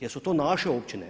Jesu to naše opčine?